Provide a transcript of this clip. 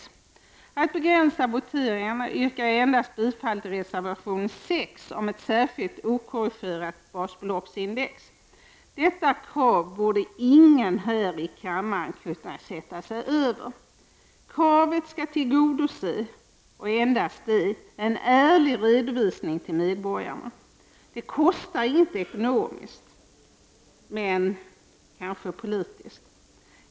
För att begränsa voteringarna yrkar jag bifall endast till reservation 6 om ett särskilt okorrigerat basbeloppsindex. Detta krav borde ingen här i denna kammare kunna sätta sig över. Genom detta krav skall en ärlig redovisning till medborgarna tillgodoses. Det kostar ingenting ekonomiskt, däremot kanske politiskt.